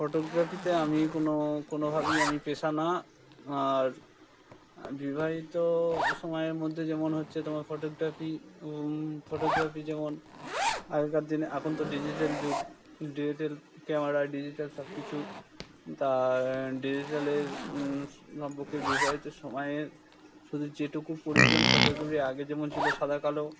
ফটোগ্রাফিতে আমি কোনো কোনোভাবেই আমি পেশা না আর বিবাহিত সময়ের মধ্যে যেমন হচ্ছে তোমার ফটোগ্রাফি ফটোগ্রাফি যেমন আগেকার দিনে এখন তো ডিজিটাল যুগ ডিজিটাল ক্যামেরায় ডিজিটাল সব কিছু তা ডিজিটালে নব্যকে বিবাহিত সময়ের শুধু যেটুকু পরিজন ফটোগ্রাফি আগে যেমন ছিলো সাদা কালো